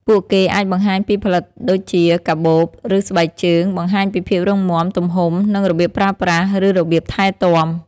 ពួកគេអាចបង្ហាញពីផលិតដូចជាកាបូប ឬស្បែកជើង បង្ហាញពីភាពរឹងមាំ ទំហំ និងរបៀបប្រើប្រាស់ ឬរបៀបថែទាំ។